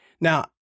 Now